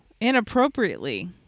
Inappropriately